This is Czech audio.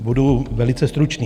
Budu velice stručný.